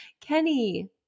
Kenny